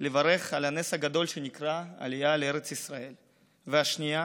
לברך על הנס הגדול שנקרא "עלייה לארץ ישראל"; השנייה